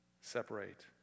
separate